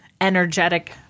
energetic